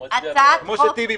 כמו שטיבי מצביע.